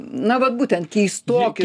na vat būtent keistoki